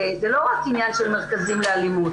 זה לא רק עניין של מרכזים לאלימות.